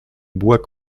bois